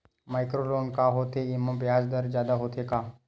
Micro loan का होथे येमा ब्याज दर जादा होथे का?